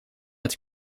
het